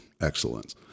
excellence